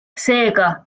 seega